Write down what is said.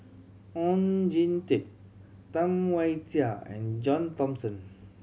Oon Jin Teik Tam Wai Jia and John Thomson